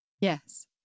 Yes